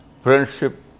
friendship